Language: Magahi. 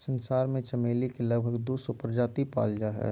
संसार में चमेली के लगभग दू सौ प्रजाति पाल जा हइ